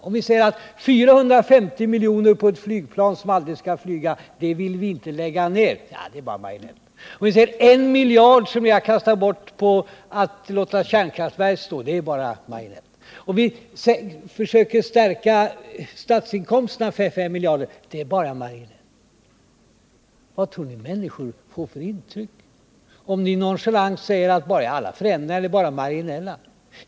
Om vi säger att 450 miljoner på ett Aygplan som aldrig skall flyga vill vi inte lägga ned, så svarar ni: Det är bara marginellt. Om vi säger att en miljard har ni kastat bort på att låta kärnkraftverk stå, så svarar ni att det är bara marginellt. När vi försöker stärka statsinkomsterna med 5 miljarder, är det bara marginellt. Vad tror ni människor får för intryck, om ni nonchalant säger att alla förändringar är bara marginella?